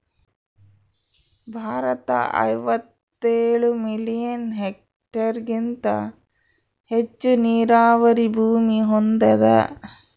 ಭಾರತ ಐವತ್ತೇಳು ಮಿಲಿಯನ್ ಹೆಕ್ಟೇರ್ಹೆಗಿಂತ ಹೆಚ್ಚು ನೀರಾವರಿ ಭೂಮಿ ಹೊಂದ್ಯಾದ